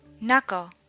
Knuckle